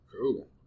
cool